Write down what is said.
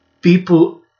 people